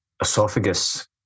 esophagus